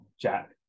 Jack